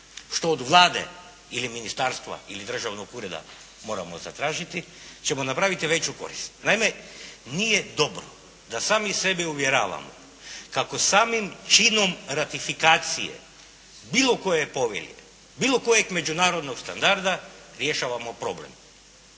što od Vlade ili ministarstva ili državnog ureda moramo zatražiti ćemo napraviti veću korist. Naime, nije dobro da sami sebe uvjeravamo kako samim činom ratifikacije bilo koje povelje, bilo kojeg međunarodnog standarda rješavamo problem.